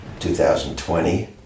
2020